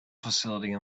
facility